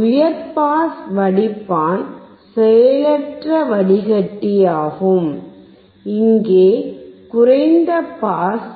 உயர் பாஸ் வடிப்பான் செயலற்ற வடிகட்டியாகும் இங்கே குறைந்த பாஸ்